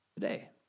today